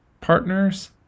partners